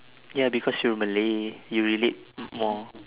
ya because you're malay you relate m~ more